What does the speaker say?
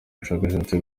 bushakashatsi